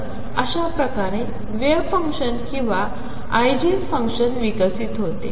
तर अशाप्रकारेवेव्हफंक्शनकिंवाआयजेनफंक्शनविकसितहोते